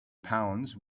pounds